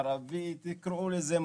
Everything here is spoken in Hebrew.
ערבי - איך שתקראו לזה.